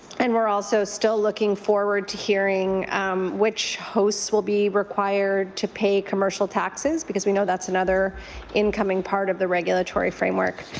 and we're also still looking forward to hearing which hosts will be required to pay commercial taxes because we know that's another incoming part of the regulatory framework.